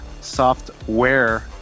software